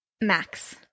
Max